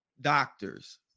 doctors